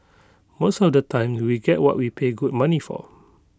most of the time we get what we pay good money for